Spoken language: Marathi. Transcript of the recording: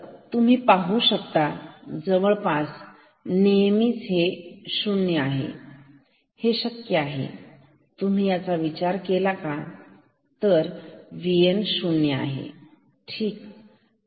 तर तुम्ही पाहू शकता जवळपास नेहमी 0 हे कसे शक्य आहे तुम्ही याचा विचार केला का तर V N 0 ठीक